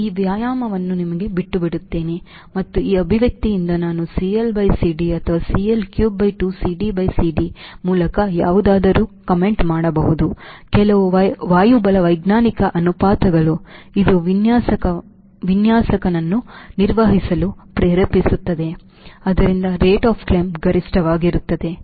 ನಾನು ಈ ವ್ಯಾಯಾಮವನ್ನು ನಿಮಗೆ ಬಿಟ್ಟುಬಿಡುತ್ತೇನೆ ಮತ್ತು ಈ ಅಭಿವ್ಯಕ್ತಿಯಿಂದ ನಾನು CLCD ಅಥವಾ CL3 by 2 by CD ಮೂಲಕ ಯಾವುದಾದರೂ ಕಾಮೆಂಟ್ ಮಾಡಬಹುದು ಕೆಲವು ವಾಯುಬಲವೈಜ್ಞಾನಿಕ ಅನುಪಾತಗಳು ಇದು ವಿನ್ಯಾಸಕನನ್ನು ನಿರ್ವಹಿಸಲು ಪ್ರೇರೇಪಿಸುತ್ತದೆ ಆದ್ದರಿಂದ Rate of climb ಗರಿಷ್ಠವಾಗಿರುತ್ತದೆ